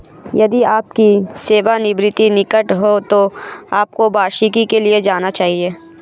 यदि आपकी सेवानिवृत्ति निकट है तो आपको वार्षिकी के लिए जाना चाहिए